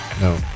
No